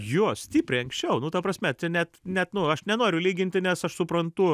jo stipriai anksčiau nu ta prasme net net nu aš nenoriu lyginti nes aš suprantu